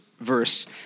verse